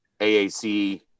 AAC